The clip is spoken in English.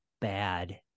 bad